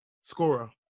scorer